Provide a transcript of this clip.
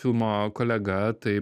filmo kolega taip